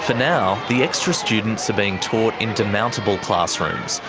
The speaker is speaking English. but now the extra students are being taught in demountable classrooms,